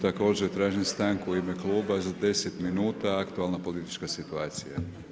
Također tražim stanku u ime kluba za 10 minuta, aktualna politička situacija.